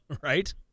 Right